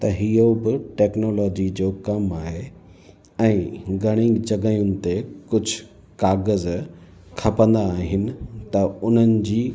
त इहो बि टेक्नोलॉजी जो कमु आहे ऐं घणी जॻहियुनि ते कुझु काग़ज़ खपंदा आहिनि त उन्हनि जी